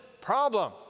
problem